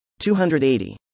280